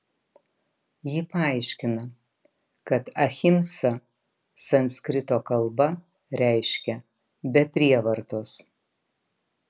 ji paaiškina kad ahimsa sanskrito kalba reiškia be prievartos